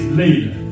later